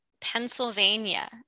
Pennsylvania